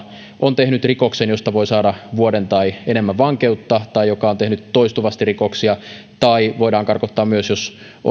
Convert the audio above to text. on tehnyt rikoksen josta voi saada vuoden tai enemmän vankeutta tai joka on tehnyt toistuvasti rikoksia henkilö voidaan karkottaa myös jos hän on